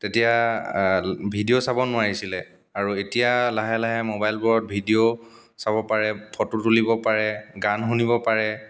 তেতিয়া ভিডিঅ' চাব নোৱাৰিছিলে আৰু এতিয়া লাহে লাহে মোবাইলবোৰত ভিডিঅ' চাব পাৰে ফটো তুলিব পাৰে গান শুনিব পাৰে